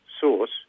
source